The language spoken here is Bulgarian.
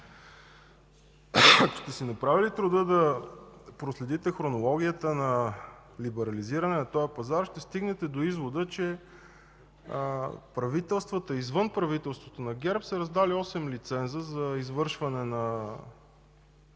Ако сте си направили труда да проследите хронологията на либерализиране на този пазар, ще стигнете до извода, че правителствата, извън правителството на ГЕРБ, са раздали осем лиценза за извършване на